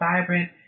vibrant